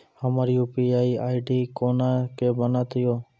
हमर UPI ID कोना के बनत यो?